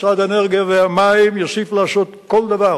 משרד האנרגיה והמים יוסיף לעשות כל דבר